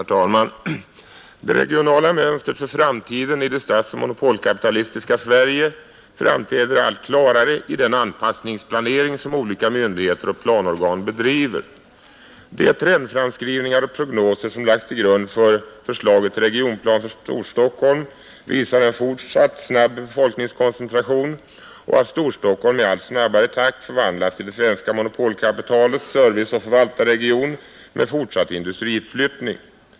Herr talman! Det regionala mönstret för framtiden i det statsoch monopolkapitalistiska Sverige framträder allt klarare i den anpassningsplanering, som olika myndigheter och planorgan bedriver. De trendframskrivningar och prognoser som lagts till grund för förslaget till regionplan för Storstockholm visar en fortsatt snabb befolkningskoncentration och att Storstockholm i allt snabbare takt förvandlas till det svenska monopolkapitalets serviceoch förvaltarregion med fortsatt industriutflyttning.